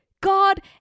God